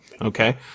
Okay